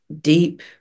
deep